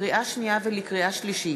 לקריאה שנייה ולקריאה שלישית: